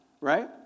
right